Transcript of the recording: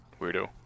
Weirdo